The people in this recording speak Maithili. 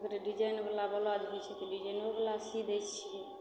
डिजाइनवला ब्लाउज होइ छै तऽ डिजाइनोवला सी दै छियै